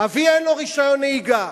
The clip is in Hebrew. אבי אין לו רשיון נהיגה.